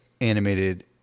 animated